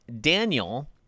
Daniel